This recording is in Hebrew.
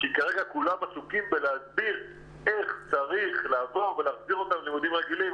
כי כרגע כולם עסוקים בלהסביר איך צריך להחזיר אותם ללימודים הרגילים,